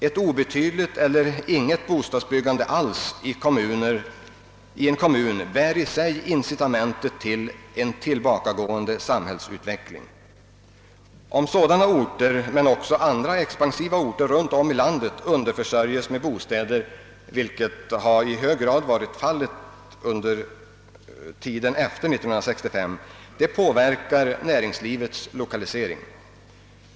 Ett obetydligt eller inget bostadsbyggande alls i en kommun bär i sig incitamentet till en tillbakagående samhällsutveckling. Om sådana orter men också andra expansiva orter runt om i landet underförsörjes med bostäder, vilket i hög grad varit fallet under tiden efter 1965, påverkar detta näringslivets lokalisering.